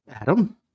Adam